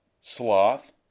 Sloth